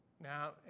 now